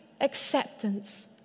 acceptance